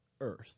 earth